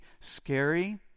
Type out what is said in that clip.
scary